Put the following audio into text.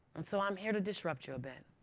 and so i'm here to disrupt you a bit.